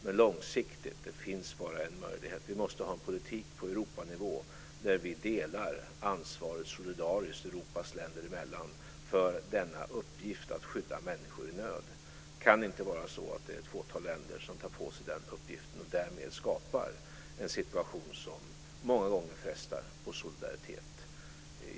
Men långsiktigt finns det bara en möjlighet: Vi måste ha en politik på Europanivå där vi delar ansvaret solidariskt Europas länder emellan för denna uppgift att skydda människor i nöd. Det kan inte vara så att det är ett fåtal länder som tar på sig den uppgiften och därmed skapar en situation som många gånger frestar på solidariteten.